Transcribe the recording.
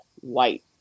white